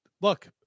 Look